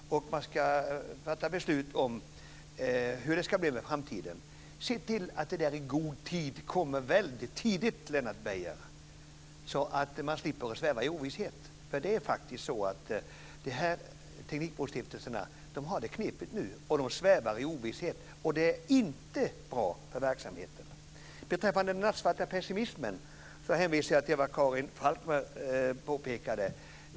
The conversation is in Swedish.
Och man ska fatta beslut om hur det ska bli i framtiden. Se till att det verkligen blir i god tid, Lennart Beijer, så att man slipper sväva i ovisshet. Teknikbrostiftelserna har det faktiskt knepigt nu, och de svävar i ovisshet, och det är inte bra för verksamheten. Beträffande den nattsvarta pessimismen hänvisar jag till vad Karin Falkmer påpekade.